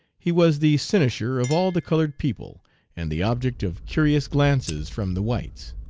he was the cynosure of all the colored people and the object of curious glances from the whites.